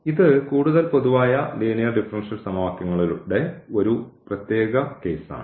ഇത് കൂടുതൽ പൊതുവായ ലീനിയർ ഡിഫറൻഷ്യൽ സമവാക്യങ്ങളുടെ ഒരു പ്രത്യേക കേസാണ്